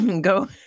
go